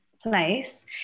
place